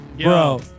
bro